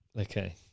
Okay